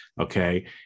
okay